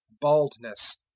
baldness